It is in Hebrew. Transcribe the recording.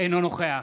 אינו נוכח